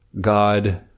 God